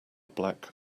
black